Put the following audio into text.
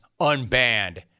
unbanned